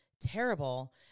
terrible